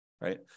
right